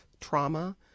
trauma